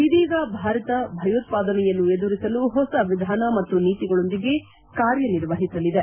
ಇದೀಗ ಭಾರತ ಭಯೋತ್ವಾದನೆಯನ್ನು ಎದುರಿಸಲು ಹೊಸ ವಿಧಾನ ಮತ್ತು ನೀತಿಗಳೊಂದಿಗೆ ಕಾರ್ಯನಿರ್ವಹಿಸಲಿದೆ